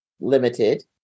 limited